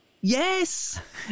yes